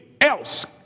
else